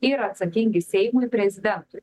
yra atsakingi seimui prezidentui